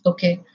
Okay